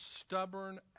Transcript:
stubborn